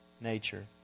nature